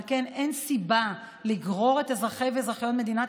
על כן אין סיבה לגרור את אזרחי ואזרחיות מדינת